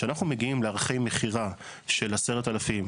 כשאנחנו מגיעים לערכי מכירה של 10,000,